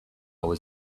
was